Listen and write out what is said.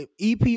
EP